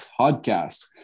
podcast